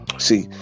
see